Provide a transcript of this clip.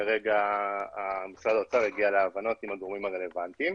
כרגע משרד האוצר יגיע להבנות עם הגורמים הרלוונטיים.